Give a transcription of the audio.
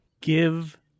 give